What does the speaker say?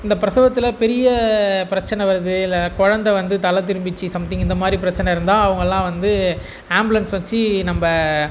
இந்த பிரசவத்தில் பெரிய பிரச்சனை வருது இல்லை கொழந்தை வந்து தலை திரும்பிச்சு சம்திங் இந்தமாதிரி பிரச்சனை இருந்தால் அவங்களாம் வந்து ஆம்புலன்ஸ் வச்சு நம்ப